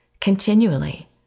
continually